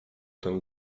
ten